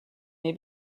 may